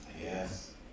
Yes